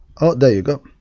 oh, there you go.